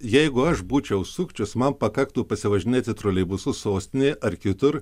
jeigu aš būčiau sukčius man pakaktų pasivažinėti troleibusu sostinėje ar kitur